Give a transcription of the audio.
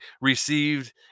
received